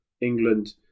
England